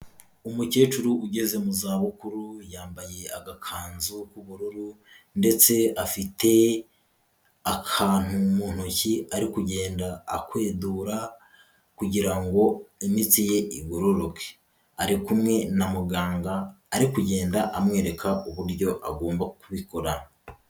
Umukecuru ugeze mu za bukuru yambaye agakanzu k'ubururu, ndetse afite, akantu mu ntoki ari kugenda akwedura, kugira ngo imitsi ye igororoke. Arikumwe na muganga, ari kugenda amwereka uburyo agomba kubikora.